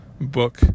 book